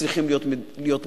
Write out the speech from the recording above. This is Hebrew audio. צריכים להיות מודאגים,